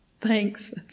Thanks